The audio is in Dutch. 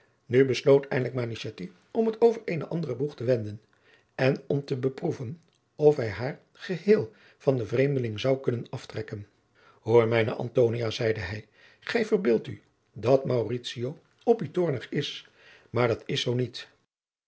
nu besloot eindelijk manichetti om het over eenen anderen boeg te wenden en om te beproeven of hij haar geheel van den vreemdeling zou kunnen aftrekken hoor mijne antonia zeide hij gij verbeeldt u dat mauritio op u toornig is maar dat is zoo niet